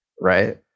Right